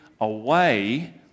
away